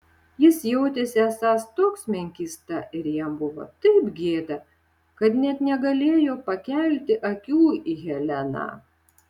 jis jautėsi esąs toks menkysta ir jam buvo taip gėda kad net negalėjo pakelti akių į heleną